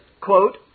quote